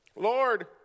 Lord